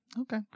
Okay